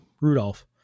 Rudolph